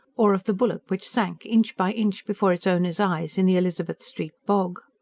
or of the bullock which sank, inch by inch, before its owner's eyes in the elizabeth street bog.